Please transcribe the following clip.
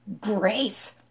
grace